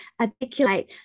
articulate